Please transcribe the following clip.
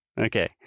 Okay